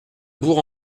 bourg